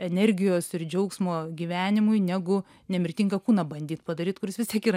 energijos ir džiaugsmo gyvenimui negu nemirtingą kūną bandyt padaryt kuris vis tiek yra